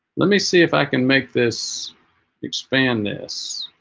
let me see if i can make this expand this